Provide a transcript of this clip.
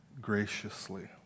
graciously